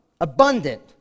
abundant